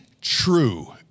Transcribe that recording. true